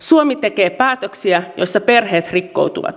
suomi tekee päätöksiä joissa perheet rikkoutuvat